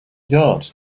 yard